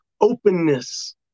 openness